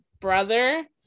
brother